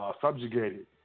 subjugated